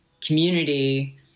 community